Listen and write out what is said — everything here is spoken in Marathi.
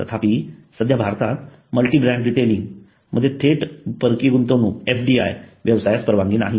तथापि सध्या भारतात मल्टी ब्रँड रिटेलिंग मध्ये थेट परकीय गुंतवणूक एफडीआय व्यवसायास परवानगी नाही